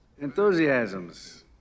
Enthusiasms